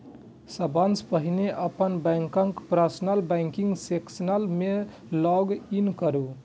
सबसं पहिने अपन बैंकक पर्सनल बैंकिंग सेक्शन मे लॉग इन करू